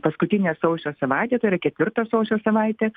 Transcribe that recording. paskutinę sausio savaitę tai yra ketvirtą sausio savaitę